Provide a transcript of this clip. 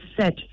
set